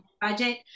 budget